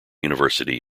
university